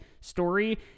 story